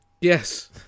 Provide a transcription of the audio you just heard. Yes